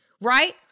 right